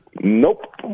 Nope